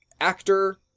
actor